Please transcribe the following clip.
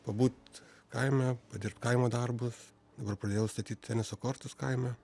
pabūt kaime padirbt kaimo darbus dabar pradėjau statyt teniso kortus kaime